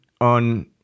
on